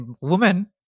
woman